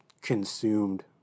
consumed